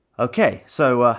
okay, so,